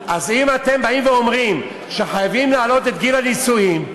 אז אם אתם באים ואומרים שחייבים להעלות את גיל הנישואים,